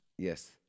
Yes